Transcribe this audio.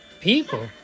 people